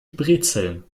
brezeln